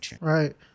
Right